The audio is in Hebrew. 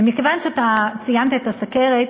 ומכיוון שאתה ציינת את הסוכרת